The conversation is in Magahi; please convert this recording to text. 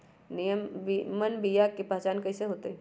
निमन बीया के पहचान कईसे होतई?